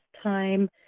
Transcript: time